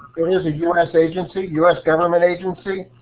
it is a u s. agency, a u s. government agency,